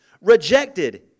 Rejected